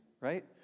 right